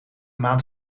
maand